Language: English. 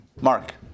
Mark